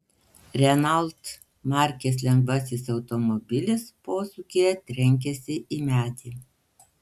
renault markės lengvasis automobilis posūkyje trenkėsi į medį